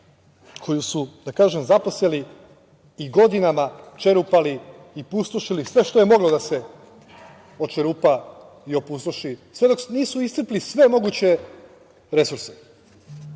koju su, da kažem, zaposeli i godinama čerupali i pustošili sve što je moglo da se očerupa i opustoši, sve dok nisu iscrpli sve moguće resurse. Kada